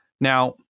Now